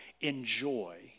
enjoy